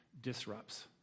disrupts